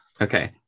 Okay